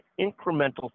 incremental